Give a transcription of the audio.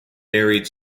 married